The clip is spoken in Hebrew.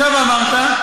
עכשיו אמרת.